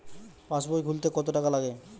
পাশবই খুলতে কতো টাকা লাগে?